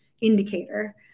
indicator